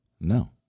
No